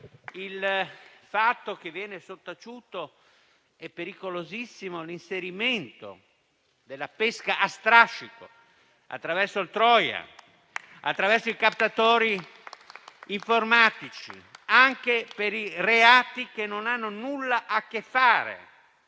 il fatto che viene sottaciuto - ed è pericolosissimo - l'inserimento della pesca a strascico attraverso i *trojan,* attraverso i captatori informatici, anche per i reati che non hanno nulla a che fare